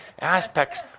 aspects